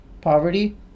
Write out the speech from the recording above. poverty